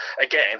again